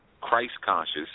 Christ-conscious